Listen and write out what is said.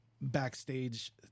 Backstage